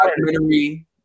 Documentary